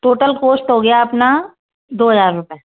total cost हो गया अपना दो हज़ार रुपये